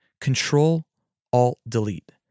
Control-alt-delete